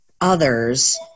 others